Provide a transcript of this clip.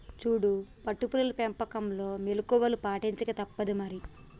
సూడు పట్టు పురుగుల పెంపకంలో మెళుకువలు పాటించక తప్పుదు మరి